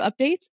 updates